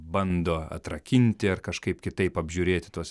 bando atrakinti ar kažkaip kitaip apžiūrėti tuos